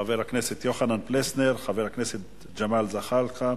חבר הכנסת יוחנן פלסנר, חבר הכנסת ג'מאל זחאלקה,